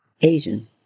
Asian